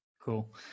Cool